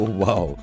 wow